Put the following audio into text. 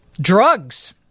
Drugs